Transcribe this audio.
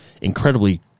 incredibly